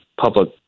public